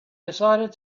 decided